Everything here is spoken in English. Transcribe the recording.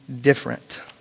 different